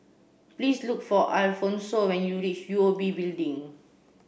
please look for Alfonso when you reach O U B Building